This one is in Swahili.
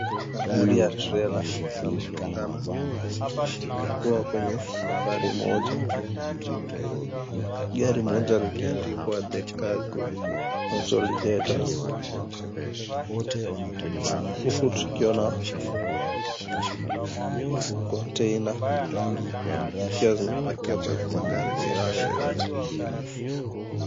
Magari ya trela yanaonekana kuwa k𝑤𝑒𝑛𝑦𝑒 safari moja, gari moja likiandikwa, THE CARGO CONSOLIDATORS, huku tukiona kontena zikiwa zimepakiwa 𝑘𝑤𝑎 haya gari hayo yote.